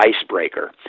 icebreaker